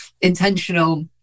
intentional